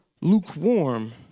lukewarm